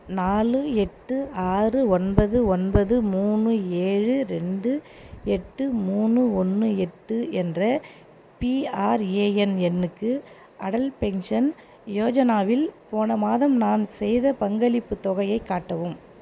நாலு எட்டு ஆறு ஒன்பது ஒன்பது மூணு ஏழு ரெண்டு எட்டு மூணு ஒன்று எட்டு என்ற பிஆர்ஏஎன் எண்ணுக்கு அடல் பென்ஷன் யோஜனாவில் போன மாதம் நான் செய்த பங்களிப்புத் தொகையைக் காட்டவும்